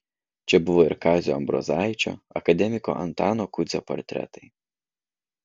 čia buvo ir kazio ambrozaičio akademiko antano kudzio portretai